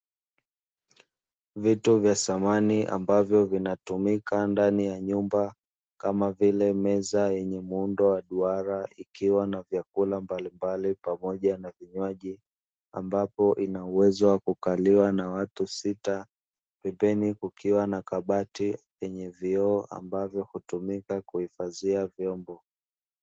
Vitu vya samani ambavyo vinatumika ndani ya nyumba kama vile meza yenye muundo wa duara ikiwa na vyakula mbalimbali pamoja na vinywaji, ambapo ina uwezo wa kukaliwa na watu sita. Pembeni kukiwa na kabati lenye vioo ambalo hutumika kuhifadhia vyombo.